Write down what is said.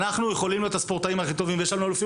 אנחנו יכולים להיות הספורטאים הכי טובים ויש לנו אלופים